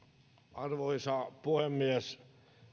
arvoisa puhemies en